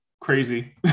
crazy